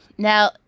Now